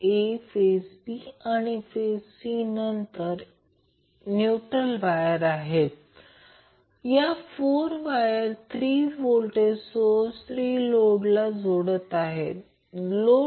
जेव्हा dVLd ω0 घेतो तेव्हा हे उत्तर आहे ज्यासाठी इंडक्टरमध्ये व्होल्टेज जास्तीत जास्त असेल